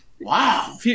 Wow